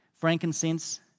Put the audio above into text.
frankincense